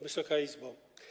Wysoka Izbo!